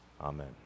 Amen